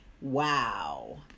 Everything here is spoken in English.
Wow